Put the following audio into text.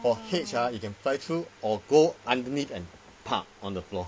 for H ah you can fly through or go underneath and pa on the floor